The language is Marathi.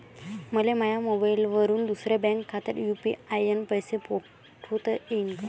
मले माह्या मोबाईलवरून दुसऱ्या बँक खात्यात यू.पी.आय न पैसे पाठोता येईन काय?